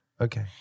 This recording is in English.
Okay